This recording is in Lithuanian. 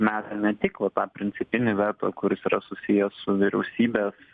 meta ne tik va tą principinį veto kuris yra susijęs su vyriausybės